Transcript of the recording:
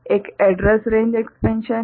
एक address range expansion है